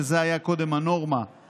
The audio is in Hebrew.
שזאת הייתה קודם הנורמה,